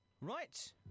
Right